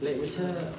like macam